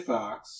Fox